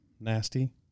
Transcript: nasty